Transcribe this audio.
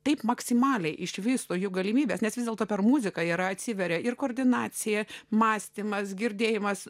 taip maksimaliai išvysto jų galimybes nes vis dėlto per muziką yra atsiveria ir koordinacija mąstymas girdėjimas